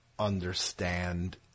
understand